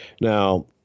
Now